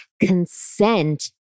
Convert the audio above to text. consent